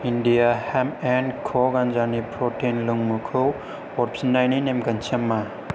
India hemp and co गान्जानि protein लोंमुखौ हरफिन्नायनि नेमखान्थिया मा